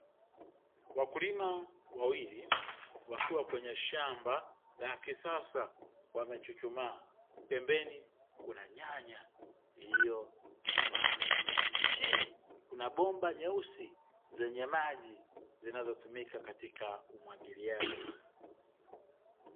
Wakulima wawili wakiwa kwenye shamba la kisasa wamechuchumaa, pembeni kuna nyanya iliyo komaa, chini kuna bomba nyeusi zenye maji zinazotumika katika umwagiliaji.